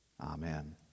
Amen